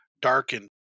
darkened